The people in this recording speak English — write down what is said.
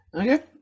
Okay